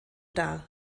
dar